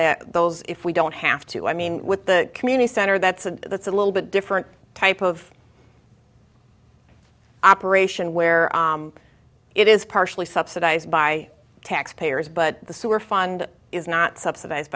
that those if we don't have to i mean with the community center that's a that's a little bit different type of operation where it is partially subsidized by taxpayers but the sewer fund is not subsidized